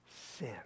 sin